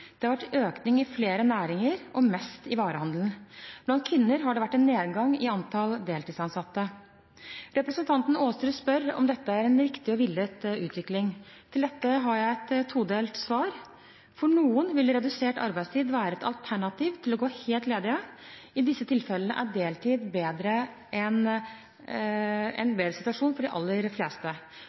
Det har vært en økning i flere næringer og mest i varehandelen. Blant kvinner har det vært en nedgang i antallet deltidsansatte. Representanten Aasrud spør om dette er en riktig og villet utvikling. Til dette har jeg et todelt svar: For noen vil redusert arbeidstid være et alternativ til å gå helt ledig – i disse tilfellene er deltid en bedre situasjon for de aller fleste.